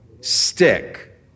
stick